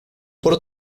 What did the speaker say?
por